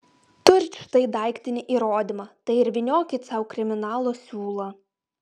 turit štai daiktinį įrodymą tai ir vyniokit sau kriminalo siūlą